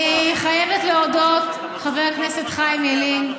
אני חייבת להודות, חבר הכנסת חיים ילין,